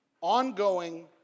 ongoing